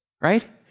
Right